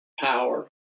power